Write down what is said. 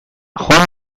joan